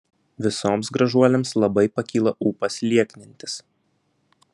visoms gražuolėms labai pakyla ūpas lieknintis